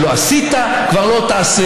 תודה, חבר הכנסת סאלח סעד.